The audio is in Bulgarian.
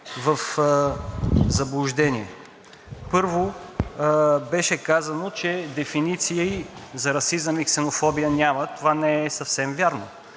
в заблуждение. Първо беше казано, че дефиниции за расизъм и ксенофобия няма. Това не е съвсем вярно.